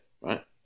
right